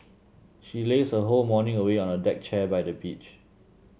she lazed her whole morning away on a deck chair by the beach